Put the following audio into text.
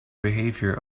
behavior